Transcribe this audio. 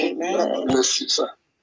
Amen